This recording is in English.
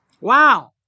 Wow